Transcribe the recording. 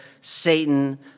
Satan